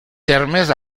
termes